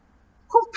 who